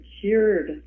cured